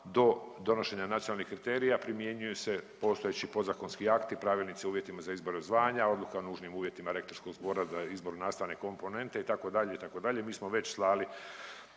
Do donošenja nacionalnih kriterija primjenjuju se postojeći podzakonski akti, pravilnici o uvjetima za izbor zvanja, odluka o nužnim uvjetima rektorskog zbora za izbor nastavne komponente itd., itd. Mi smo već slali